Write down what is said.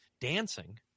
dancing –